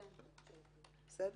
בסדר?